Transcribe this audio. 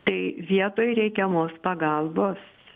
tai vietoj reikiamos pagalbos